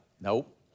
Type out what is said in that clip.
Nope